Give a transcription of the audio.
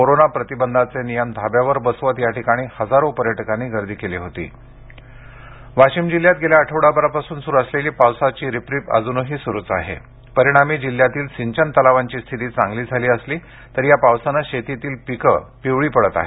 कोरोनाप्रतिबंधाचे नियम धाब्यावर बसवत या ठिकाणी हजारो पर्यटकांनी गर्दी केली आहे वाशिम जिल्ह्यात गेल्या आठवडाभरापासून सुरू असलेली पावसाची रिपरिप अजूनही सुरूच आहे परिणामी जिल्ह्यातील सिंचन तलावांची स्थिती चांगली झाली असली तरी या पावसानं शेतीतील पिक पिवळी पडत आहेत